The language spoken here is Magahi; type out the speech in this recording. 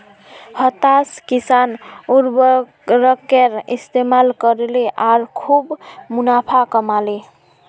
हताश किसान उर्वरकेर इस्तमाल करले आर खूब मुनाफ़ा कमा ले